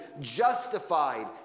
justified